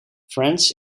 friends